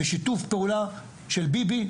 בשיתוף פעולה של ביבי,